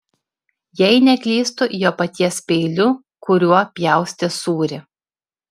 jei neklystu jo paties peiliu kuriuo pjaustė sūrį